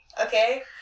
okay